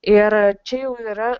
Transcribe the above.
ir čia jau yra